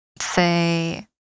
Say